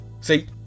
See